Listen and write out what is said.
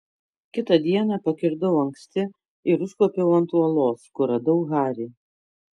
kitą dieną pakirdau anksti ir užkopiau ant uolos kur radau harį